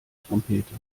trompete